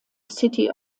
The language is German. city